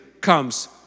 comes